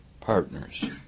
partners